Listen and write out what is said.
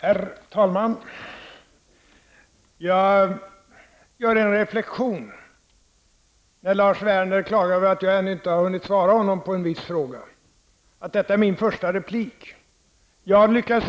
Herr talman! Jag gjorde en reflexion när Lars Werner klagade över att jag ännu inte har hunnit svara honom på en viss fråga. Detta är min första replik. I min inledning lyckades